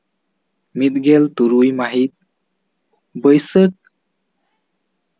ᱢᱤᱫ ᱜᱮᱞ ᱛᱩᱨᱩᱭ ᱢᱟᱹᱦᱤᱛ ᱵᱟᱭᱥᱟᱹᱠ